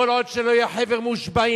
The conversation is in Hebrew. כל עוד לא יהיה חבר מושבעים